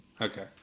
Okay